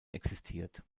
existiert